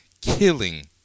Killing